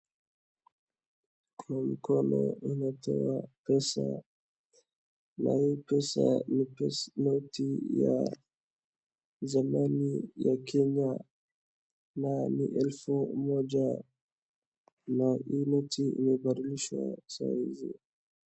Kwenye mkono wanatoa pesa. Na hii pesa ni pesa noti ya zamani ya Kenya na ni elfu moja. Na hii noti imebadilishwa saa hizi.